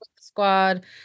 squad